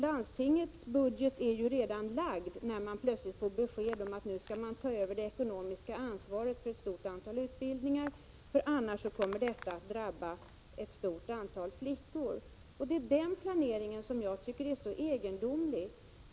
Landstingets budget är redan lagd när man där plötsligt får besked om att man nu skall ta över det ekonomiska ansvaret för ett stort antal utbildningar, eftersom det annars kommer att drabba ett stort antal flickor. Det är den planeringen jag tycker är så egendomlig.